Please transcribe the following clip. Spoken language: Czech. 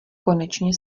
konečně